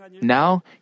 Now